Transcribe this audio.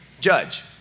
Judge